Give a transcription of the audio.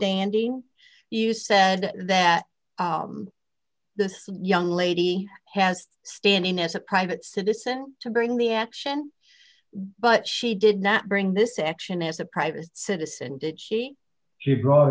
standing you said that the young lady has standing as a private citizen to bring the action but she did not bring this action as a private citizen did she she brought